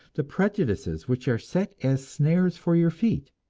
the prejudices which are set as snares for your feet.